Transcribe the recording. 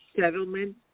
settlement